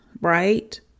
right